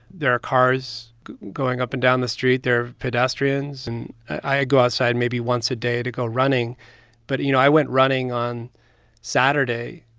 there are cars going up and down the street. there are pedestrians. and i go outside maybe once a day to go running but, you know, i went running on saturday,